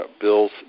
Bill's